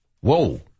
Whoa